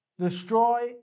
destroy